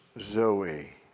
Zoe